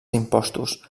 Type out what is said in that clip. impostos